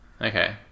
Okay